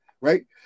right